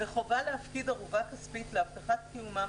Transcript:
"וחובה להפקיד ערובה כספית להבטחת קיומם